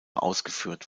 ausgeführt